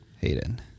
Hayden